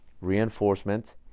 reinforcement